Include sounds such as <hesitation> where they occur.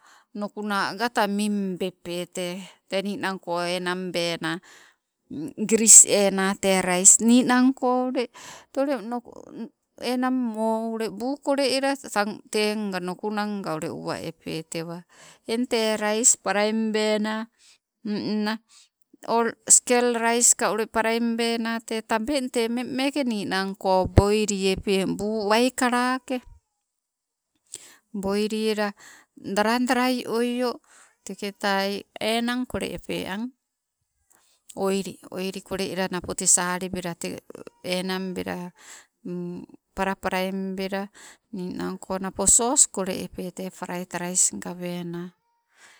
Nukuna agata mingbepe te, te ninangko enangbena giris ena tee rais. Ninangko ule, te ule <hesitation> enang moo ule buu kole ela tang tee nga nukunanga ule uwa epee tewa. Eng tee rais palaimbena, ninang o skel rais ka ule paraimbena te tabeng, te mmengmeke ninangko boili epe, buu waikalake, boili ela dara darai oio, teketai enang kole epe ang, oili. Oili kole ela napo tee salibela te enangnela <hesitation> para parainbela ninangko napo sos kole epee te prait rais gawena.